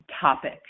topic